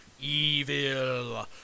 evil